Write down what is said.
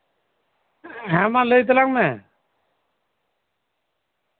ᱦᱮᱸ ᱢᱟ ᱞᱟᱹᱭ ᱛᱟᱞᱟᱝ ᱢᱮ